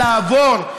לעבור,